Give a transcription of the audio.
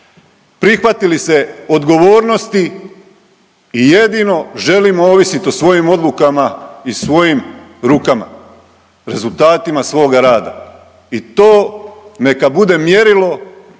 prihvatili se odgovornosti i jedino želimo ovisit o svojim odlukama i svojim rukama. Rezultatima svoga rada i to neka bude mjerilo